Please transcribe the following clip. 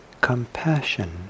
compassion